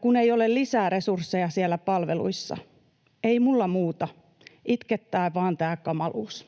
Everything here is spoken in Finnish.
kun ei ole lisää resursseja siellä palveluissa. Ei mulla muuta. Itkettää vaan tämä kamaluus.”